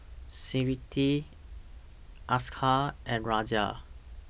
Smriti Akshay and Razia